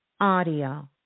audio